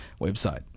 website